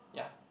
yeah